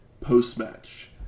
Post-match